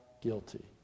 guilty